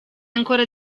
ancora